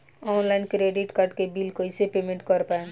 Online credit card के bill कइसे payment कर पाएम?